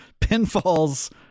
pinfalls